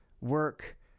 work